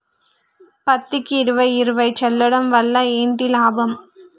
పత్తికి ఇరవై ఇరవై చల్లడం వల్ల ఏంటి లాభం?